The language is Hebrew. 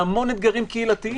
להמון אתגרים קהילתיים.